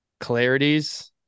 clarities